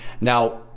Now